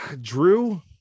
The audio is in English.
Drew